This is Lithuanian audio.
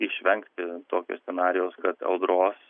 išvengti tokio scenarijaus kad audros